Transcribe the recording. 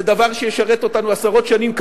זה דבר שישרת אותנו עשרות שנים קדימה,